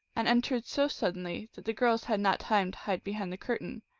and entered so suddenly that the girls had not time to hide behind the curtain,